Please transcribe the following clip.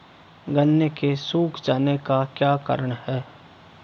गन्ने के सूख जाने का क्या कारण है?